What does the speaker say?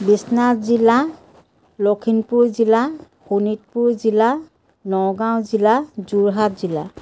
বিশ্বনাথ জিলা লখিমপুৰ জিলা শোণিতপুৰ জিলা নগাঁও জিলা যোৰহাট জিলা